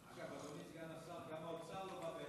סגן השר, גם האוצר לא בא,